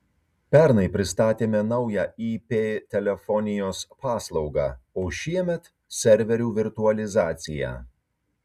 pernai pristatėme naują ip telefonijos paslaugą o šiemet serverių virtualizaciją